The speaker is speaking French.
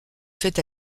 fait